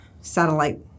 satellite